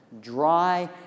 dry